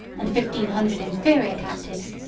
and fifteen hundred inferior captives,